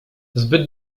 zbyt